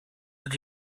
that